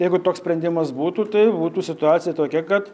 jeigu toks sprendimas būtų tai būtų situacija tokia kad